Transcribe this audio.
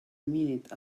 minute